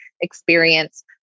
experience